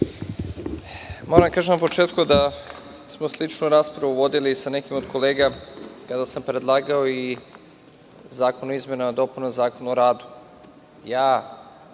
Moram da vam kažem da smo sličnu raspravu vodili sa nekim od kolega kada sam predlagao i Zakon o izmenama i dopunama Zakona o radu. Ja